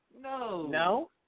No